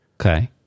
Okay